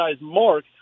mark